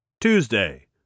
Tuesday